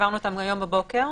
העברנו אותם היום בבוקר,